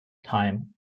time